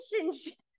relationship